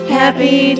happy